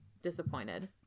disappointed